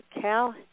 Cal